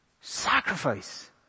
sacrifice